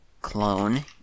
clone